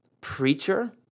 preacher